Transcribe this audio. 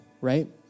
right